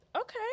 Okay